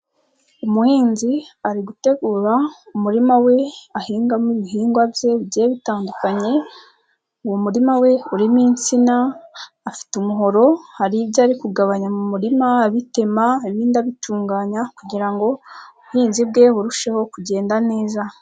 Umuhinzi ari gutegura umurima we ahingamo ibihingwa bye bigiye bitandukanye, uwo murima we urimo insina, afite umuhoro hari ibyo ari kugabanya mu murima abitema ibindi abitunganya, kugira ngo ubuhinzi bwe burusheho kugenda neza.